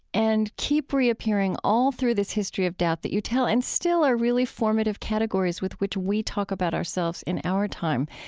and keep reappearing all through this history of doubt that you tell, and still are really formative categories with which we talk about ourselves in our time.